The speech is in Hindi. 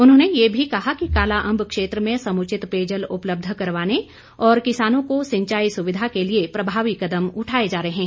उन्होंने ये भी कहा कि कालाअंब क्षेत्र में समूचित पेयजल उपलब्ध करवाने और किसानों को सिंचाई सुविधा के लिए प्रभावी कदम उठाए जा रहे हैं